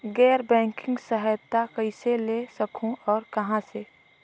गैर बैंकिंग सहायता कइसे ले सकहुं और कहाँ से?